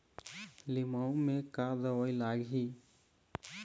लिमाऊ मे का दवई लागिही?